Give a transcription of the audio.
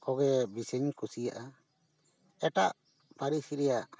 ᱠᱷᱚᱜᱮ ᱵᱮᱥᱤ ᱜᱤᱧ ᱠᱩᱥᱤᱭᱟᱜᱼᱟ ᱮᱴᱟᱜ ᱯᱟᱹᱨᱤᱥ ᱨᱮᱭᱟᱜ